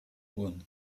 won